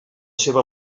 seva